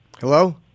Hello